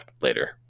later